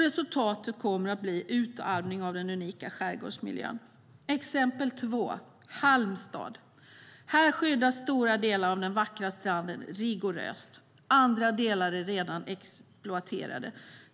Resultatet kommer att bli en utarmning av den unika skärgårdsmiljön. Andra exemplet är Halmstad. Här skyddas stora delar av den vackra stranden rigoröst. Andra delar är redan exploaterade.